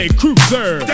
cruiser